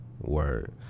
Word